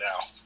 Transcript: now